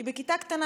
היא בכיתה קטנה,